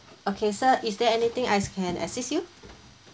okay sir is there anything else can assist you